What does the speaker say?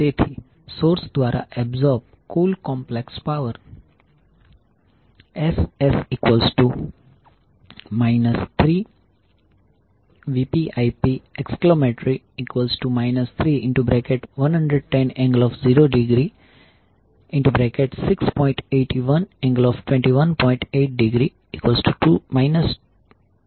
તેથી સોર્સ દ્વારા એબ્સોર્બ કુલ કોમ્પ્લેક્સ પાવર Ss 3VpIp 3110∠0°6